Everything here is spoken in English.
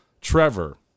Trevor